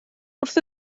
wrth